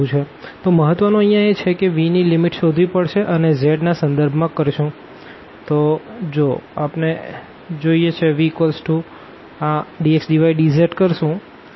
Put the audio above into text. તો મહત્વનું અહિયાં એ છે કે V ની લીમીટ શોધવી પડશે અને એ z ના સંદર્ભ માં કરશું